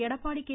Edappadi K